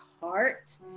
heart